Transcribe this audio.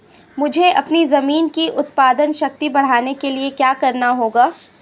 मुझे अपनी ज़मीन की उत्पादन शक्ति बढ़ाने के लिए क्या करना होगा?